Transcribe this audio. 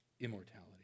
immortality